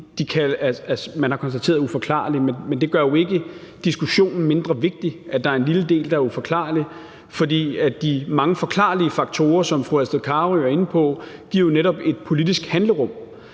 del, man har konstateret uforklarlig. Men det gør jo ikke diskussionen mindre vigtig, at der er en lille del, der er uforklarlig. For de mange forklarlige faktorer, som fru Astrid Carøe er inde på, er netop et politisk handlerum.